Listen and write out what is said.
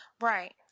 Right